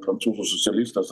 prancūzų socialistas